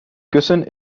kussen